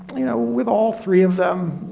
you know, with all three of them,